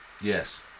Yes